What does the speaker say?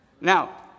now